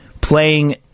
playing